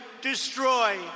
destroy